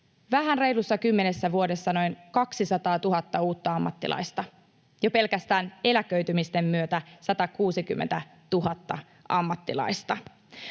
vähän reilussa kymmenessä vuodessa noin 200 000 uutta ammattilaista, jo pelkästään eläköitymisten myötä 160 000 ammattilaista.